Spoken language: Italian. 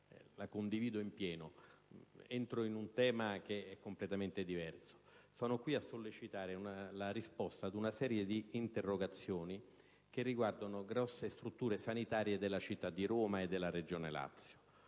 Passo piuttosto a trattare un tema completamente diverso. Sono qui a sollecitare la risposta ad una serie di interrogazioni che riguardano grosse strutture sanitarie della città di Roma e della Regione Lazio.